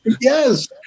Yes